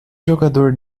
jogador